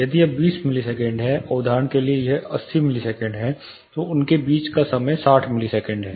यदि यह 20 मिलीसेकंड है और उदाहरण के लिए यह 80 मिलीसेकंड है तो उनके बीच का समय 60 मिलीसेकंड है